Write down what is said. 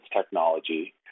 technology